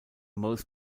most